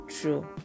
true